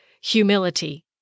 humility